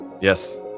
Yes